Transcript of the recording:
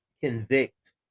convict